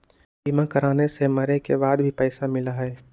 बीमा कराने से मरे के बाद भी पईसा मिलहई?